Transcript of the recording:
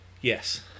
Yes